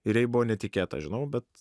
ir jai buvo netikėta žinau bet